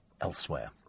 elsewhere